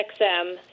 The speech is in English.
XM